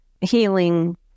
healing